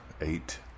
eight